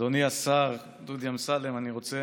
אדוני השר דודי אמסלם, אני רוצה